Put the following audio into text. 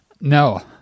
No